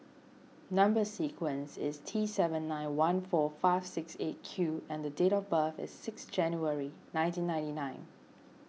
Number Sequence is T seven nine one four five six eight Q and date of birth is six January nineteen ninety nine